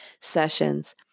sessions